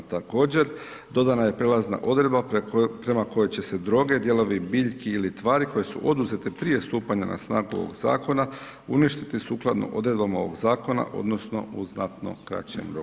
Također, dodana je prijelazna odredba, prema koje će se droge, dijelovi biljki ili tvari, koje su oduzete prije stupanja na snagu ovog zakona, uništiti sukladno odredbama ovog zakona, odnosno, u znatno kraćem roku.